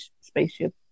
spaceship